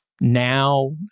now